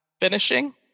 finishing